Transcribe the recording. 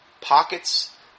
pockets